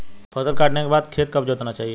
फसल काटने के बाद खेत कब जोतना चाहिये?